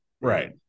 right